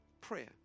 prayer